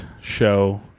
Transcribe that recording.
show